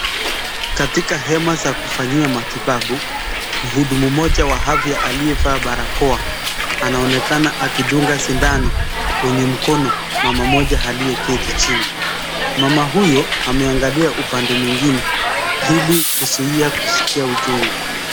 Katika hema za kufanyia matibabu, mhudumu mmoja wa afya aliyevaa barakoa anaonekana akidunga sindano kwenye mkono mama mmoja aliyeketi chini. Mama huyo ameangalia upande mwingine ili kuzuia kusikia uchungu.